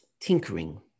tinkering